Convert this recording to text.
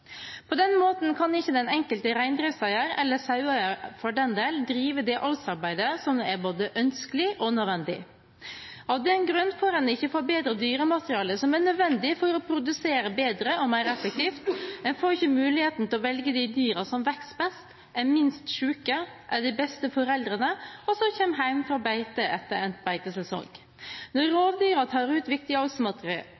På den måten kan ikke den enkelte reindriftseier, eller saueeier for den del, drive det avlsarbeidet som er både ønskelig og nødvendig. Av den grunn får en ikke forbedret dyrematerialet, som er nødvendig for å produsere bedre og mer effektivt – en får ikke muligheten til å velge de dyrene som vokser best, er minst syke, er de beste foreldrene, og som kommer hjem fra beite etter